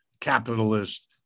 capitalist